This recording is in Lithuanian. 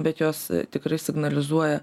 bet jos tikrai signalizuoja